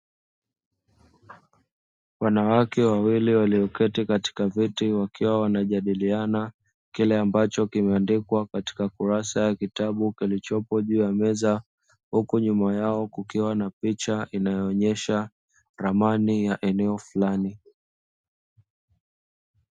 Wanawake wawili walioketi katika viti wakiwa wanajadiliana kile ambacho kimeandikwa katika kurasa ya kitabu kilichopo juu ya meza, huku nyuma yao kukiwa na picha inayoonyesha ramani ya eneo fulani.